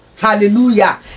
Hallelujah